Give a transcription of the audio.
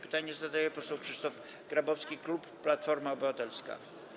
Pytanie zadaje poseł Krzysztof Grabowski, klub Platforma Obywatelska.